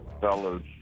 fellas